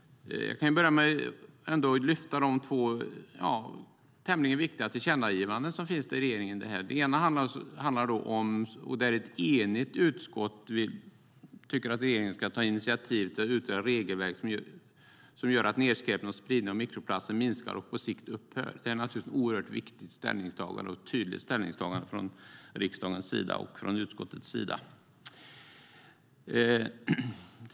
Jag kan börja med att lyfta de två tämligen viktiga tillkännagivandena till regeringen. I det ena skriver ett enigt utskott att regeringen ska ta initiativ till att utreda regelverk som gör att nedskräpning och spridning av mikroplaster minskar och på sikt upphör. Det är naturligtvis ett oerhört viktigt och tydligt ställningstagande från riksdagens och utskottets sida.